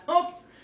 Oops